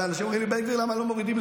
אבל אתם לא תעצרו אותי,